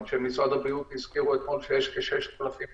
אנשי משרד הבריאות הזכירו אתמול שיש כ-6,600